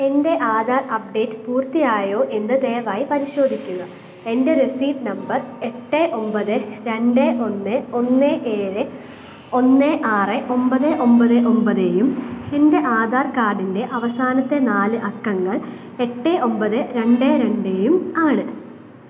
എൻ്റെ ആധാർ അപ്ഡേറ്റ് പൂർത്തിയായോ എന്ന് ദയവായി പരിശോധിക്കുക എൻ്റെ രസീത് നമ്പർ എട്ട് ഒമ്പത് രണ്ട് ഒന്ന് ഒന്ന് ഏഴ് ഒന്ന് ആറ് ഒമ്പത് ഒമ്പത് ഒമ്പതേയും എൻ്റെ ആധാർ കാർഡിൻ്റെ അവസാനത്തെ നാല് അക്കങ്ങൾ എട്ട് ഒൻപത് രണ്ട് രണ്ടേയും ആണ്